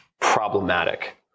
problematic